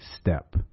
step